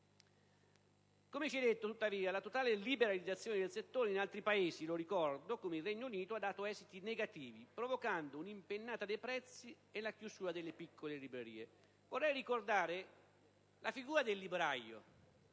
Come si è detto, tuttavia, la totale liberalizzazione del settore in altri Paesi - lo ricordo - come il Regno Unito, ha dato esiti negativi, provocando una impennata dei prezzi e la chiusura delle piccole librerie. Vorrei ricordare la figura del librario,